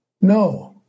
No